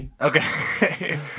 Okay